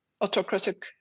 autocratic